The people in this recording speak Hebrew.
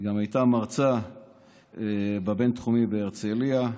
והיא גם הייתה מרצה בבין-תחומי בהרצליה.